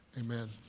Amen